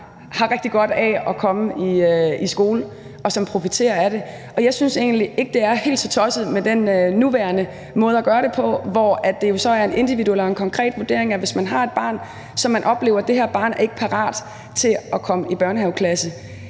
har rigtig godt af at komme i skole, og som profiterer af det. Jeg synes egentlig ikke, at det er helt så tosset med den nuværende måde at gøre det på, hvor der jo er en individuel og konkret vurdering. Hvis man har et barn og man oplever, at det her barn ikke er parat til at komme i børnehaveklasse,